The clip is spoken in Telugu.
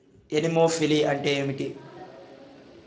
ఎనిమోఫిలి అంటే ఏంటి?